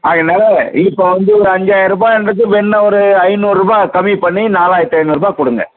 ஆகையினால் இப்போ வந்து ஒரு அஞ்சாயரரூபான்றது வேணும்ன்னா ஒரு ஐநூறுபா கம்மி பண்ணி நாலாயிரத்தி ஐநூறுபா கொடுங்க